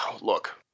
look